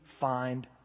find